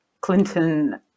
Clinton